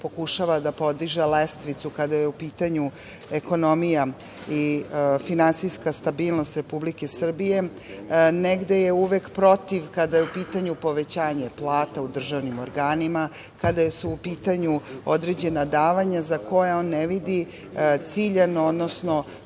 pokušava da podiže lestvicu kada je u pitanju ekonomija i finansijska stabilnost Republike Srbije, negde je uvek protiv kada je u pitanju povećanja plata u državnim organima, kada su u pitanju određena davanja, za koja on ne vidi ciljano, odnosno